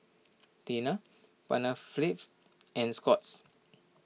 Tena Panaflex and Scott's